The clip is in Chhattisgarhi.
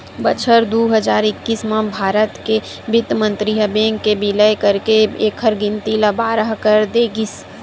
बछर दू हजार एक्कीस म भारत के बित्त मंतरी ह बेंक के बिलय करके एखर गिनती ल बारह कर दे गिस